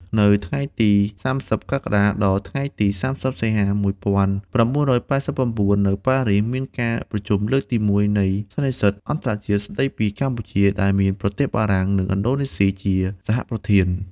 នៅថ្ងៃទី៣០ កក្កដា ដល់ថ្ងៃទី៣០ សីហា ១៩៨៩ នៅប៉ារីស មានការប្រជុំលើកទីមួយនៃសន្និសីទអន្តរជាតិស្តីពីកម្ពុជា ដែលមានប្រទេសបារាំង និងឥណ្ឌូនេស៊ី ជាសហប្រធាន។